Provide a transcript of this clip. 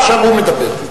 עכשיו הוא מדבר.